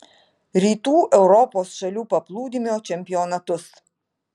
rytų europos šalių paplūdimio čempionatus